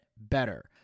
better